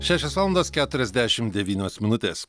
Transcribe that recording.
šešios valandos keturiasdešim devynios minutės